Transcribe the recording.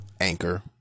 Anchor